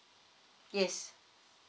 yes